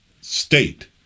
state